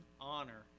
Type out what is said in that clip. honor